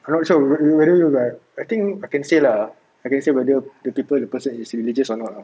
I not sure whether you but I think I can I can see lah I can see whether the person is religious or not